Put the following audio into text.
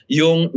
yung